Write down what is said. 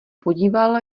podíval